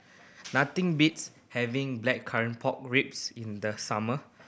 nothing beats having Blackcurrant Pork Ribs in the summer